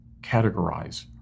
categorize